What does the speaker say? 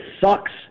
sucks